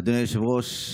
אדוני היושב-ראש,